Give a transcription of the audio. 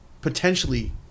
potentially